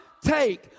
take